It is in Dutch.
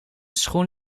schoen